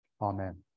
Amen